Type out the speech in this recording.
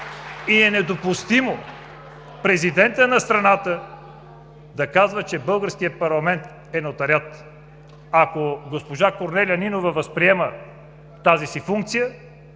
Недопустимо е президентът на страната да казва, че българският парламент е нотариат! Ако госпожа Корнелия Нинова възприема тази си функция